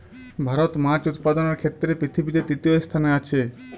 ভারত মাছ উৎপাদনের ক্ষেত্রে পৃথিবীতে তৃতীয় স্থানে আছে